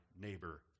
neighbor